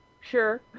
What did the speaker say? sure